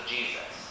Jesus